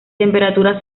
temperaturas